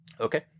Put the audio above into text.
okay